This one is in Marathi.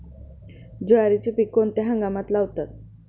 ज्वारीचे पीक कोणत्या हंगामात लावतात?